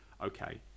okay